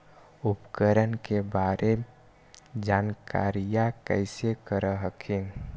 उपकरण के बारे जानकारीया कैसे कर हखिन?